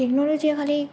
technology या खालि